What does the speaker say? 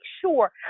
sure